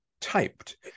typed